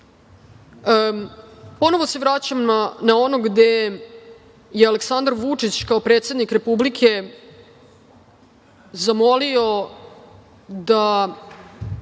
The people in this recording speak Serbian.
stanja. Ponovo se vraćam na ono gde je Aleksandar Vučić kao predsednik Republike zamolio da